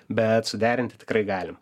bet suderinti tikrai galim